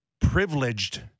privileged